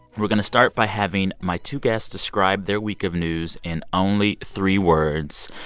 we're going to start by having my two guests describe their week of news in only three words.